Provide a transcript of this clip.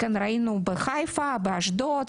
ראינו בחיפה באשדוד,